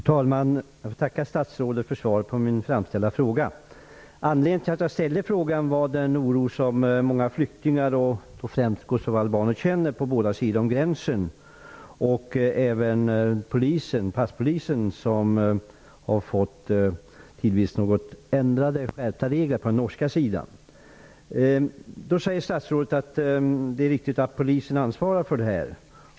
Fru talman! Jag får tacka statsrådet för svaret på min framställda fråga. Anledningen till att jag ställde frågan var den oro som många flyktingar, främst kosovoalbaner, känner på båda sidor om gränsen. Passpolisen på den norska sidan har tidvis fått skärpta regler. Statsrådet säger att det är riktigt att polisen ansvarar för det här.